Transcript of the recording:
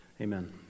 Amen